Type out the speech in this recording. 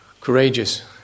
Courageous